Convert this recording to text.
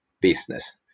business